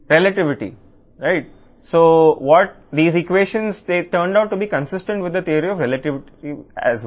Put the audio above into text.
సాపేక్షత కాబట్టి ఈ ఈక్వేషన్లు సాపేక్ష సిద్ధాంతానికి అనుగుణంగా ఉంటాయి